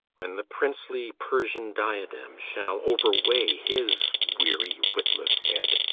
when the princely persian diadem shall overweigh his weary witless head,